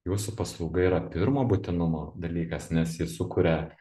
jūsų paslauga yra pirmo būtinumo dalykas nes ji sukuria